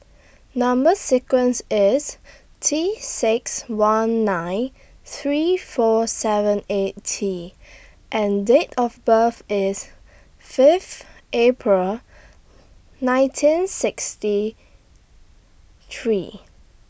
Number sequence IS T six one nine three four seven eight T and Date of birth IS Fifth April nineteen sixty three